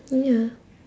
oh ya